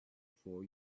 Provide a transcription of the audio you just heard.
for